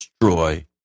destroy